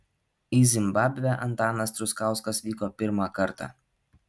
į zimbabvę antanas truskauskas vyko pirmą kartą